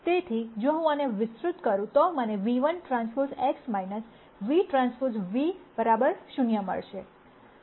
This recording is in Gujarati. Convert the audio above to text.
તેથી જો હું આને વિસ્તૃત કરું તો મને vT X vTv c 0 મળશે